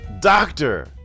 Doctor